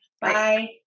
bye